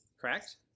correct